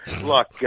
look